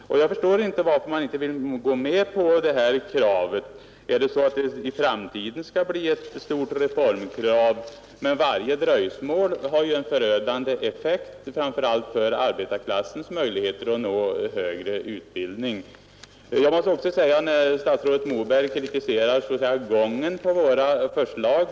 Jag förstår inte varför man inte nu vill gå med på det här kravet. Skall det möjligen bli en framtida stor reform? Men varje dröjsmål har en förödande effekt, framför allt för arbetarklassens möjligheter att nå högre utbildning. Statsrådet Moberg kritiserar gången på våra förslag.